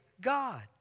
God